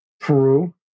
peru